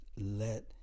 let